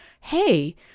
hey